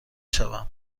شوم